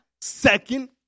second